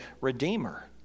Redeemer